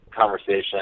conversation